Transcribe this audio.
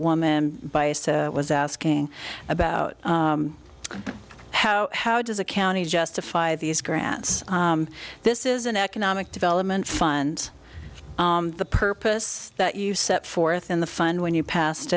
woman biased was asking about how how does a county justify these grants this is an economic development fund the purpose that you set forth in the fund when you passed